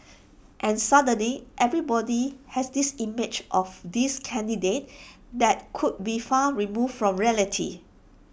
and suddenly everybody has this image of this candidate that could be far removed from reality